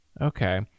Okay